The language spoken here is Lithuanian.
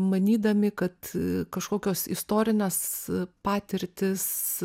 manydami kad kažkokios istorinės patirtys